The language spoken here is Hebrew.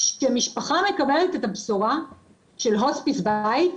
כשמשפחה מקבלת את הבשורה של הוספיס בית,